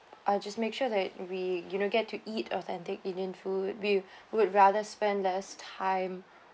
ah just make sure that we you know get to eat authentic indian food we would rather spend less time